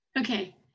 Okay